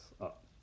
up